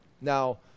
Now